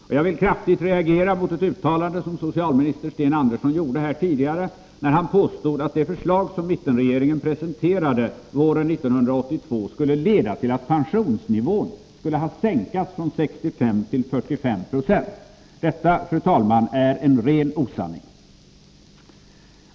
Jag reagerade kraftigt mot ett uttalande av socialminister Sten Andersson tidigare i dag, när han påstod att det förslag som mittenregeringen presenterade våren 1982 skulle leda till att pensionsnivån sänktes från 65 till 45 90. Det, fru talman, är en ren osanning.